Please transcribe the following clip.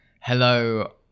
hello